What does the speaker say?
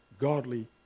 godly